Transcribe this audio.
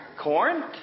Corn